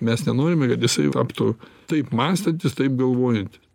mes nenorime kad jisai taptų taip mąstantis taip galvojanti